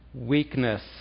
weakness